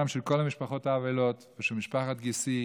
של כל המשפחות האבלות ושל משפחת גיסי,